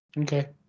okay